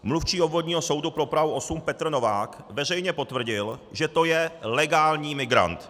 Mluvčí Obvodního soudu pro Prahu 8 Petr Novák veřejně potvrdil, že to je legální migrant.